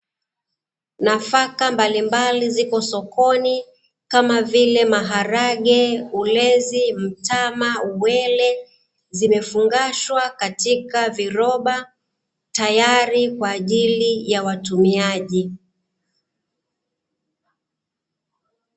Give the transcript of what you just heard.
Nafaka mbalimbali ziko sokoni kama vile maharage, ulezi, mtama, ubwele zimefungashwa katika viroba tayari kwa ajili ya watumiaji.